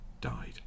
died